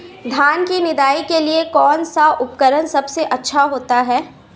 धान की निदाई के लिए कौन सा उपकरण सबसे अच्छा होता है?